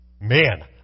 Man